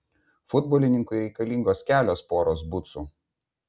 futbolininkui reikalingos kelios poros bucų